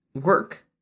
work